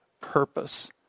purpose